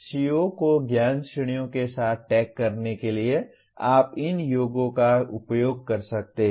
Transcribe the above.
CO को ज्ञान श्रेणियों के साथ टैग करने के लिए आप इन योगों का उपयोग कर सकते हैं